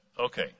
okay